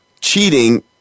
cheating